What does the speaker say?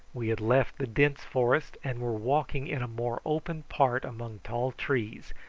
we had left the dense forest, and were walking in a more open part among tall trees,